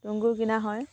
তুঁহগুৰি কিনা হয়